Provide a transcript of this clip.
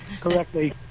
correctly